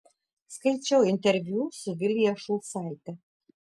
skaičiau interviu su vilija šulcaite